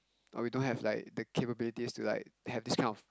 but we don't have like the capabilities to like have this kind of